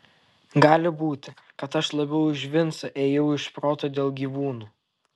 gali būti kad aš labiau už vincą ėjau iš proto dėl gyvūnų